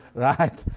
right?